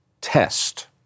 test